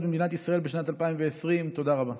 במדינת ישראל בשנת 2020. תודה רבה.